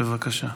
בבקשה.